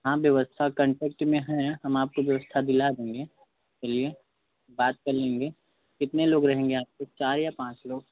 हाँ व्यवस्था कांटेक्ट में है हम आपको व्यवस्था दिला देंगे चलिए बात कर लेंगे कितने लोग रहेंगे आपके चार या पाँच लोग